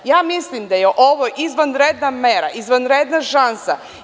Ja mislim da je ovo izvanredna mera, izvanredna šansa.